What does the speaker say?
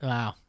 Wow